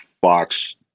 Fox